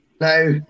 Now